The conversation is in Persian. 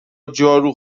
جارو